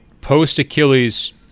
post-Achilles